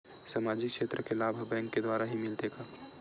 सामाजिक क्षेत्र के लाभ हा बैंक के द्वारा ही मिलथे का?